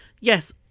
Yes